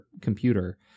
computer